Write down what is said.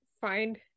find